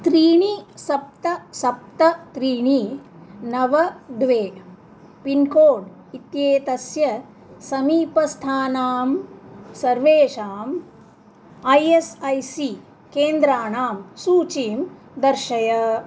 त्रीणि सप्त सप्त त्रीणि नव द्वे पिन्कोड् इत्येतस्य समीपस्थानां सर्वेषाम् ऐ एस् ऐ सि केन्द्राणां सूचीं दर्शय